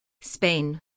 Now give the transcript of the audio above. Spain